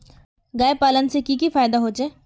गाय पालने से की की फायदा होचे?